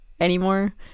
anymore